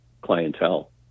clientele